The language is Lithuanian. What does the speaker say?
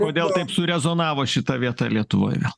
kodėl taip surezonavo šita vieta lietuvoje